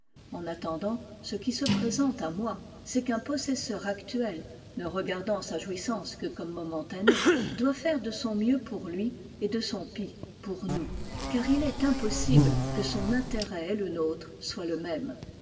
en attendant ce qui se présente à moi c'est qu'un possesseur actuel ne regardant sa jouissance que comme momentanée doit faire de son mieux pour lui et de son pis pour nous car il est impossible que son intérêt et le nôtre soient le même